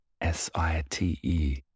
S-I-T-E